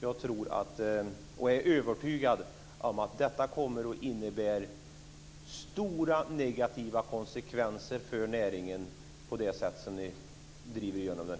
Jag är övertygad om att det sätt ni driver igenom frågan kommer att innebära stora negativa konsekvenser för näringen.